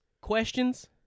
Questions